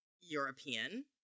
European